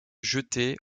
jetée